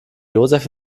joseph